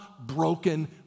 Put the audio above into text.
broken